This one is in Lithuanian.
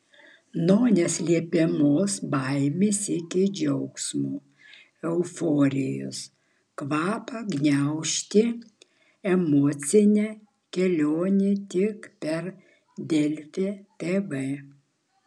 nuo neslepiamos baimės iki džiaugsmo euforijos kvapą gniaužianti emocinė kelionė tik per delfi tv